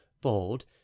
bold